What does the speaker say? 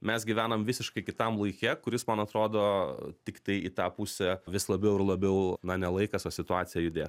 mes gyvenam visiškai kitam laike kuris man atrodo tiktai į tą pusę vis labiau ir labiau na ne laikas o situacija judės